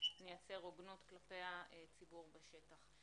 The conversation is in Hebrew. נייצר הוגנות כלפי הציבור בשטח.